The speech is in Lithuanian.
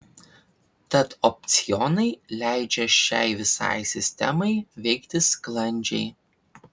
tad opcionai leidžia šiai visai sistemai veikti sklandžiai